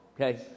okay